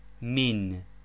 Min